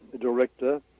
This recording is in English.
director